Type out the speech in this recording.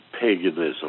paganism